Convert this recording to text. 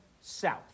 south